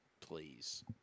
please